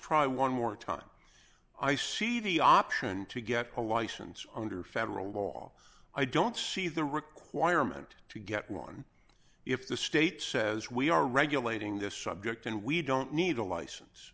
try one more time i see the option to get a license under federal law i don't see the requirement to get one if the state says we are regulating this subject and we don't need a license